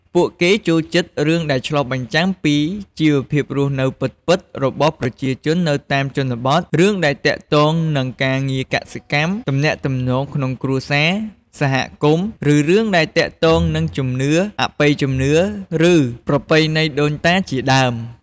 ពួកគេចូលចិត្តរឿងដែលឆ្លុះបញ្ចាំងពីជីវភាពរស់នៅពិតៗ របស់ប្រជាជននៅតាមជនបទ រឿងដែលទាក់ទងនឹងការងារកសិកម្ម ទំនាក់ទំនងក្នុងគ្រួសារ សហគមន៍ ឬរឿងដែលទាក់ទងនឹងជំនឿ អបិយជំនឿ ឬប្រពៃណីដូនតាជាដើម។